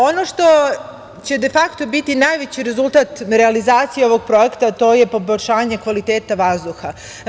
Ono što će de fakto biti najveći rezultat realizacije ovog projekta je poboljšanje kvaliteta vazduha.